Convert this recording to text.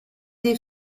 des